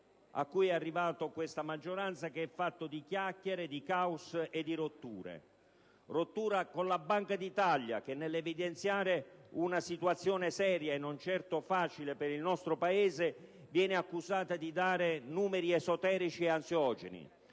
a cui è arrivata questa maggioranza è fatto di chiacchiere, di caos e di rotture: rottura con la Banca d'Italia che, nell'evidenziare una situazione seria e non certo facile per il nostro Paese, viene accusata di dare numeri esoterici ed ansiogeni;